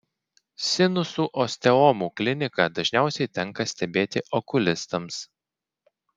sinusų osteomų kliniką dažniausiai tenka stebėti okulistams